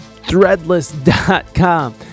threadless.com